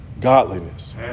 godliness